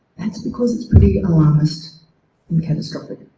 that's because it's pretty alarmist and catastrophic.